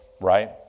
Right